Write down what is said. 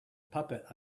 puppet